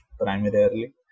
primarily